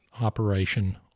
operation